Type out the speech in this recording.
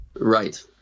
Right